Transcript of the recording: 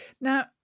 Now